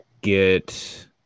get